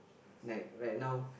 like right now